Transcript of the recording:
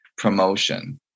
Promotion